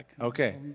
Okay